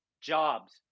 jobs